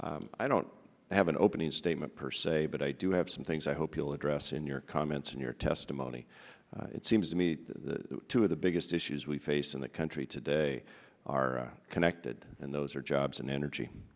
here i don't have an opening statement per se but i do have some things i hope you'll address in your comments in your testimony it seems to me two of the biggest issues we face in the country today are connected and those are jobs and energy